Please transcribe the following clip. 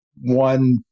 one